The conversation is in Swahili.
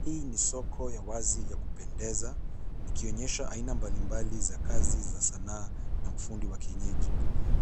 Hii ni soko ya wazi ya kupendeza, ikionyesha aina mbalimbali za kazi za sanaa na ufundi wa kienyeji.